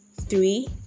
Three